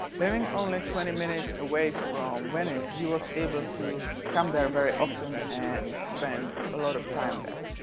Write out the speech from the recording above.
living only twenty minutes away from venice he was able to come there very often and spend a lot of time there.